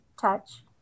touch